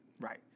Right